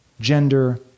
gender